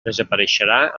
desapareixerà